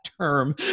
term